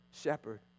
shepherd